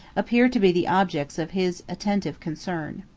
appeared to be the objects of his attentive concern.